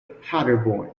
paderborn